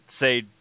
say